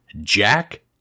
Jack